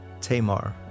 Tamar